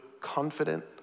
confident